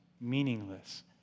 meaningless